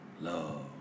Love